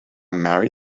marry